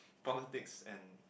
politics and